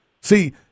See